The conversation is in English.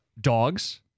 dogs